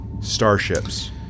starships